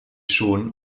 schon